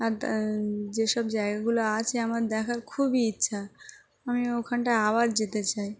আর যেসব জায়গাগুলো আছে আমার দেখার খুবই ইচ্ছা আমি ওখানটায় আবার যেতে চাই